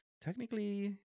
technically